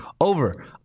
over